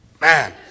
man